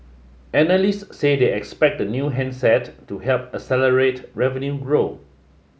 analysts said they expect the new handset to help accelerate revenue growth